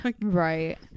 Right